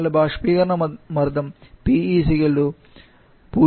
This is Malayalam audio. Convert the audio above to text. നിങ്ങളുടെ ബാഷ്പീകരണ മർദ്ദം PE 0